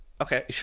Okay